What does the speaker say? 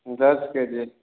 दस के जी